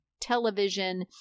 television